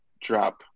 drop